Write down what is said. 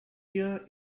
year